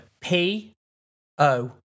P-O